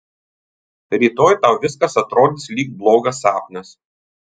rytoj tau viskas atrodys lyg blogas sapnas